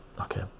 okay